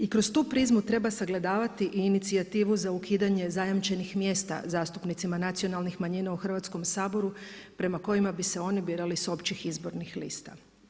I kroz tu prizmu treba sagledavati i inicijativu za ukidanje zajamčenih mjesta zastupnicima nacionalnih manjina u Hrvatskom saboru prema kojima bi se oni birali s općih izbornih lista.